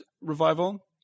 revival